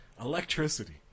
electricity